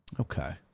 Okay